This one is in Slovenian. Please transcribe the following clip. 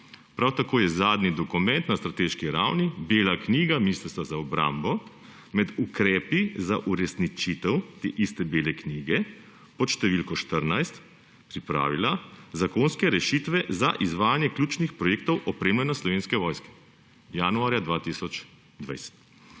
Prav tako je zadnji dokument na strateški ravni Bela knjiga Ministrstva za obrambo med ukrepi za uresničitev te iste Bele knjige pod številko 14 pripravila zakonske rešitve za izvajanje ključnih projektov opremljanja Slovenske vojske januarja 2020.